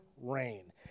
rain